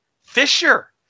Fisher